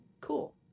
cool